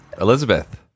elizabeth